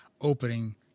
opening